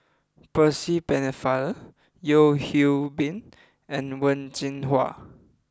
Percy Pennefather Yeo Hwee Bin and Wen Jinhua